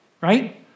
right